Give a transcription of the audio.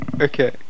Okay